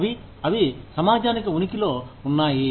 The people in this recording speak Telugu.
అవి అవి సమాజానికి ఉనికిలో ఉన్నాయి